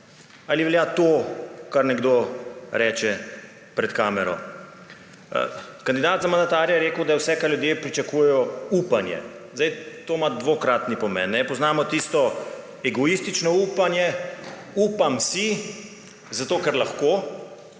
ali velja to, kar nekdo reče pred kamero. Kandidat za mandatarja je rekel, da je vse, ker ljudje pričakujejo, upanje. To ima dvojni pomen − poznamo tisto egoistično upanje, upam si zato, ker lahko,